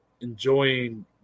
enjoying